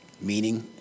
meaning